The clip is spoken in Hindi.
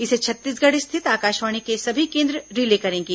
इसे छत्तीसगढ़ स्थित आकाशवाणी के सभी केंद्र रिले करेंगे